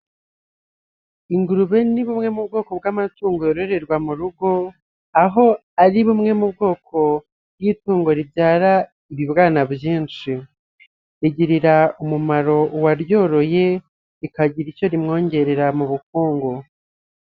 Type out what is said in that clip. Ingurube ni bumwe mu bwoko bw'amatungo yororwa mu rugo, aho ari bumwe mu bwoko bw'itungo ribyara ibibwana byinshi, rigirira umumaro uwaryoroye, rikagira icyo rimwongerera mu bukungu.